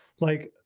like,